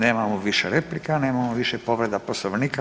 Nemamo više replika, nemamo više povreda poslovnika.